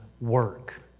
work